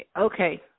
okay